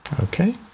Okay